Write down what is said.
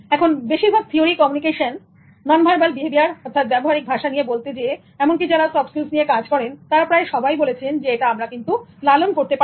এখন বেশিরভাগ theory communication nonverbal behaviour অর্থাৎ ব্যবহারিক ভাষা নিয়ে বলতে যেয়ে এমনকি যারা সফট স্কিলস নিয়ে কাজ করেন তারা প্রায় সবাই বলছেন যেটা লালন করা যেতে পারে